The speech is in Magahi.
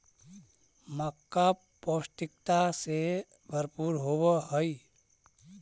मक्का पौष्टिकता से भरपूर होब हई